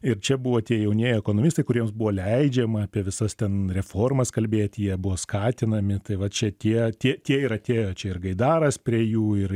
ir čia buvo tie jaunieji ekonomistai kuriems buvo leidžiama apie visas ten reformas kalbėti jie buvo skatinami tai va čia tie tie tie ir atėjo čia ir gaidaras prie jų ir